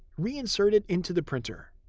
reinsert it into the printer.